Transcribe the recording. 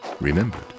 remembered